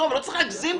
לא צריך להגזים.